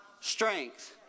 strength